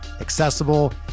accessible